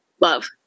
Love